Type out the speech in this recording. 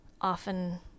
often